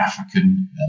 African